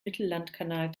mittellandkanal